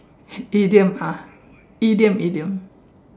item ah item item